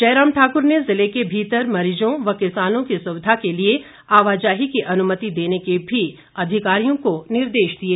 जयराम ठाक्र ने ज़िले के भीतर मरीजों व किसानों की सुविधा के लिए आवाजाही की अनुमति देने के भी अधिकारियों को निर्देश दिए